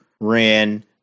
ran